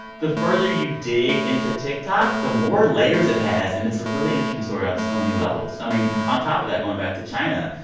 the further you dig into tiktok, the more layers it has. and it's a really interesting story on so many levels. i mean, on top of that, going back to china,